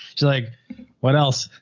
just like what else?